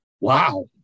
wow